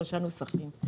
שלושה נוסחים,